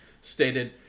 stated